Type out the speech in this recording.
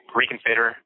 reconsider